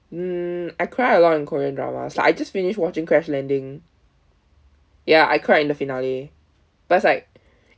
mm I cry a lot in korean dramas like I just finished watching crash landing ya I cried in the finale but it's like